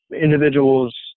individuals